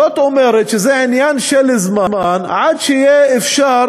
זאת אומרת שזה עניין של זמן עד שיהיה אפשר